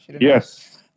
Yes